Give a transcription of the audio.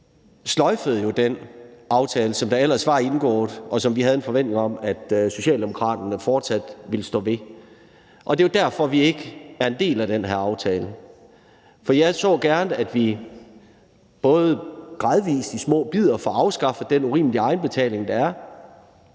sløjfede jo den aftale, som ellers var indgået, og som vi havde en forventning om at Socialdemokraterne fortsat ville stå ved, og det er derfor, vi ikke er en del af den her aftale. For jeg så gerne, at vi gradvis og i små bidder fik afskaffet den urimelige egenbetaling, der er